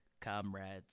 comrades